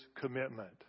commitment